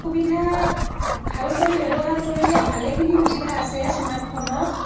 সুবিধা ভাল কৰি ব্যৱহাৰ কৰিলে ভালেখিনি সুবিধা আছে স্মাৰ্টফোনত